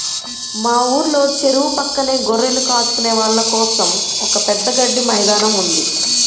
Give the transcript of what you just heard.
మా ఊర్లో చెరువు పక్కనే గొర్రెలు కాచుకునే వాళ్ళ కోసం ఒక పెద్ద గడ్డి మైదానం ఉంది